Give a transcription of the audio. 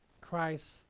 Christ